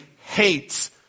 hates